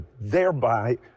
thereby